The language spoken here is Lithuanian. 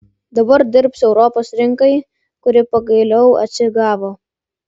dabar dirbs europos rinkai kuri pagaliau atsigavo